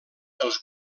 els